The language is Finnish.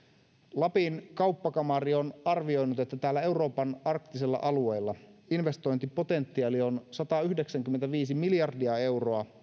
lapin kauppakamari on arvioinut että täällä euroopan arktisella alueella investointipotentiaali on satayhdeksänkymmentäviisi miljardia euroa